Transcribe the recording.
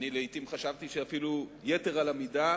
לעתים חשבתי שאפילו יתר על המידה,